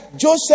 Joseph